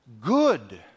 good